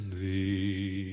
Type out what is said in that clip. Thee